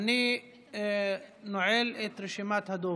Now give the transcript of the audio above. ואני נועל את רשימת הדוברים.